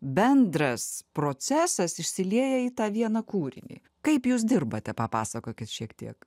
bendras procesas išsilieja į tą vieną kūrinį kaip jūs dirbate papasakokit šiek tiek